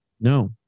No